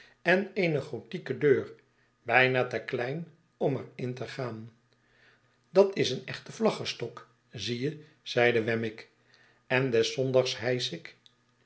en eene gothieke deur bijna te klein om er in te gaan dat is een echte vlaggestok zie je zeide wemmick en des zondags hijsch ik